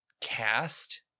cast